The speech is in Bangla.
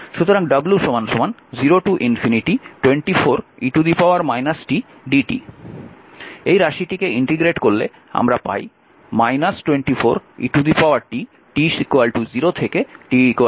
সুতরাং w রাশিটিকে ইন্টিগ্রেট করলে আমরা পাই 24 e t t 0 থেকে t এর মধ্যে